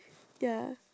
ya